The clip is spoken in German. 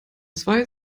zwei